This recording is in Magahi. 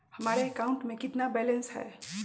हमारे अकाउंट में कितना बैलेंस है?